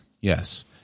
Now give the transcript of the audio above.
Yes